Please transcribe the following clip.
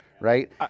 right